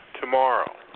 tomorrow